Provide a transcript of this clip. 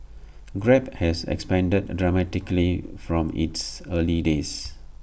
grab has expanded dramatically from its early days